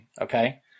Okay